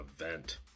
event